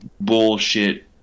bullshit